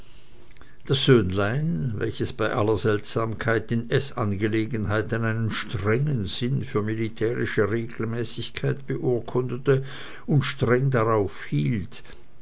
das söhnlein welches bei aller seltsamkeit in eßangelegenheiten einen strengen sinn für militärische regelmäßigkeit beurkundete und streng darauf hielt